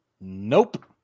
Nope